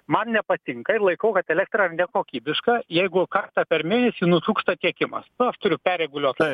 man nepatinka ir laikau kad elektra nekokybiška jeigu kartą per mėnesį nutrūksta tiekimas na aš turiu perreguliuot